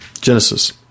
Genesis